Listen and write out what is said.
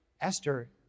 Esther